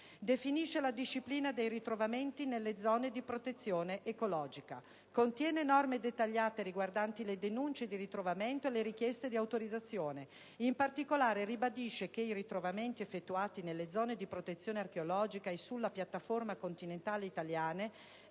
definisce poi la disciplina dei ritrovamenti nelle zone di protezione ecologica e contiene norme dettagliate riguardanti le denunce di ritrovamento e le richieste di autorizzazione. In particolare, esso ribadisce che i ritrovamenti effettuati nelle zone di protezione ecologica o sulla piattaforma continentale italiane